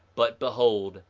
but behold,